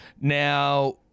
Now